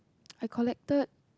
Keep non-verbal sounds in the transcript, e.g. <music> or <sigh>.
<noise> I collected